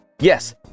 Yes